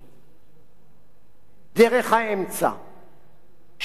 דרך האמצע שנקטו מדינות רבות בעולם